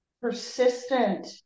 persistent